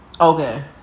Okay